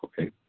okay